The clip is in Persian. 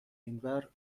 اینور